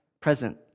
present